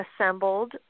assembled